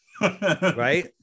Right